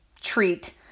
treat